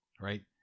right